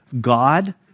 God